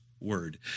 word